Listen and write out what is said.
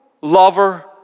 lover